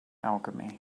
alchemy